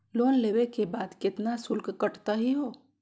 Loan लेवे के बाद केतना शुल्क कटतही हो?